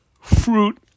fruit